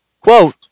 quote